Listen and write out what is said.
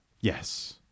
Yes